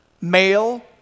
male